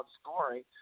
scoring